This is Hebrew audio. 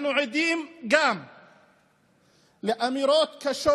אנחנו גם עדים לאמירות קשות